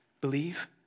believe